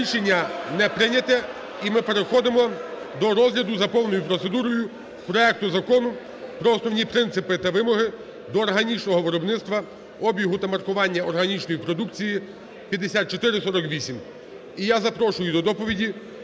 Рішення не прийнято. І ми переходимо до розгляду за повною процедурою проекту Закону про основні принципи та вимоги до органічного виробництва, обігу та маркування органічної продукції, 5448. І я запрошую до доповіді